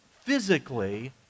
physically